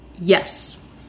Yes